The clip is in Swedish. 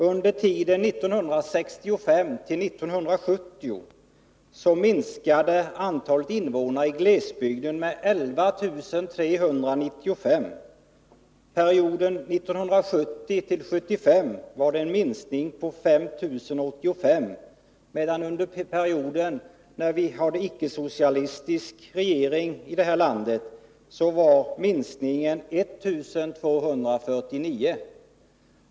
Under tiden 1965-1970 minskade antalet invånare i glesbygden med 11 395. Perioden 1970-1975 var det en minskning på 5 085, medan det under perioden med icke-socialistisk regering i landet är en minskning med 1249.